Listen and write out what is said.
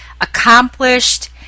accomplished